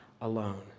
alone